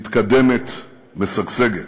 מתקדמת, משגשגת.